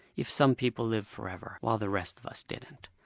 if some people live forever while the rest of us didn't.